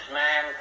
man